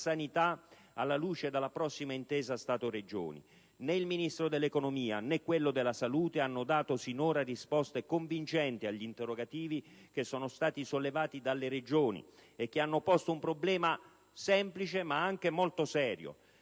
sanità alla luce della prossima intesa Stato-Regioni. Né il Ministro dell'economia, né quello della salute hanno dato sinora risposte convincenti agli interrogativi che sono stati sollevati dalle Regioni e che hanno posto un problema semplice, ma anche molto serio: